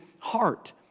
heart